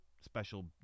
special